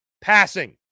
passing